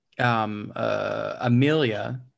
Amelia